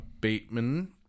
Bateman